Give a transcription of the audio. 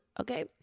okay